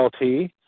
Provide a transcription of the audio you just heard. LT